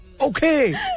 okay